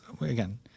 again